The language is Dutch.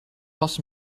was